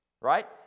Right